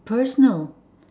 personal